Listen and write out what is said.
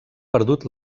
perdut